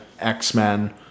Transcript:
X-Men